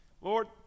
Lord